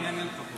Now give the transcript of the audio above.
אענה לך פה.